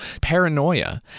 paranoia